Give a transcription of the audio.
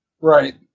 Right